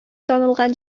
танылган